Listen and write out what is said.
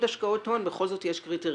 השקעות הון בכל זאת יש קריטריונים.